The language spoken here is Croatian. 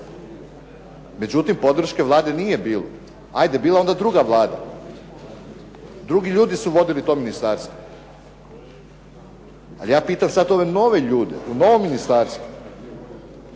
međutim podrške Vlade nije bilo. 'Ajde bila je onda druga Vlada, drugi ljudi su vodili to ministarstvo, ali ja pitam sad ove nove ljude u novom ministarstvu,